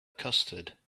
custard